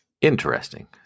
Interesting